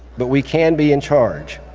but we can be in charge.